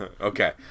Okay